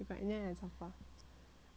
no eh I just think like